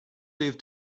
leave